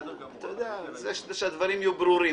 זה כדי שהדברים יהיו ברורים.